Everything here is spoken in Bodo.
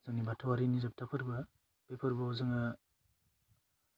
जोंनि बाथौवारिनि जोबथा फोरबो बे फोरबोआव जोङो